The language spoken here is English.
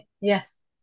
Yes